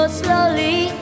slowly